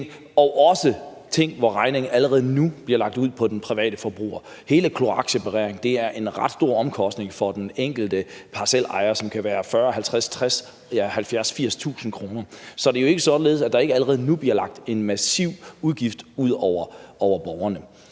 også ting, hvor regningen allerede nu bliver lagt ud på den private forbruger. Hele kloaksepareringen er en ret stor omkostning for den enkelte parcelhusejer, og det kan være 40.000-50.000-60.000, ja, 70.000-80.000 kr. Så det er jo ikke således, at der ikke allerede nu bliver lagt en massiv udgift ud over borgerne.